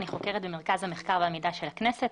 אני חוקרת במרכז המחקר והמידע של הכנסת,